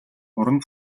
уран